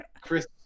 Chris